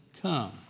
come